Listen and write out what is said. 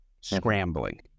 scrambling